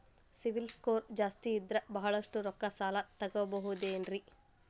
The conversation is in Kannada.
ಸಿಬಿಲ್ ಸ್ಕೋರ್ ಜಾಸ್ತಿ ಇದ್ರ ಬಹಳಷ್ಟು ರೊಕ್ಕ ಸಾಲ ತಗೋಬಹುದು ಏನ್ರಿ?